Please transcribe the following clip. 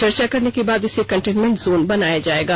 चर्चा करने के बाद इसे कंटेनमेंट जोन बनाया जाएगा